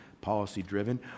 policy-driven